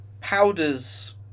powders